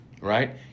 Right